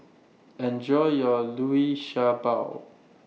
Enjoy your Liu Sha Bao